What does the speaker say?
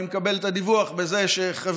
אני מקבל את הדיווח שחברתי,